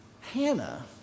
Hannah